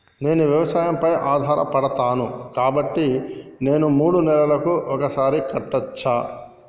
నేను వ్యవసాయం పై ఆధారపడతాను కాబట్టి నేను మూడు నెలలకు ఒక్కసారి కట్టచ్చా?